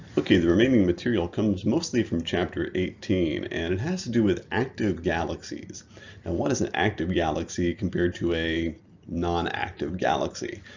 okay, the remaining material comes mostly from chapter eighteen and it has to do with active galaxies and what is active galaxy compared to a non-active galaxy.